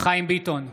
חיים ביטון,